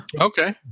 Okay